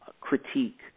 critique